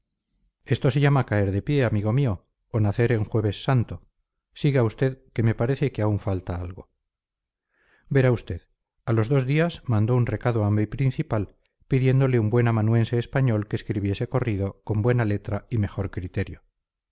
esto se llama caer de pie amigo mío o nacer en jueves santo siga usted que me parece que aún falta algo verá usted a los dos días mandó un recado a mi principal pidiéndole un buen amanuense español que escribiese corrido con buena letra y mejor criterio